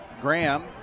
Graham